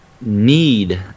need